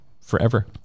forever